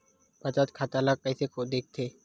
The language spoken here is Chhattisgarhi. बचत खाता ला कइसे दिखथे?